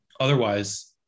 Otherwise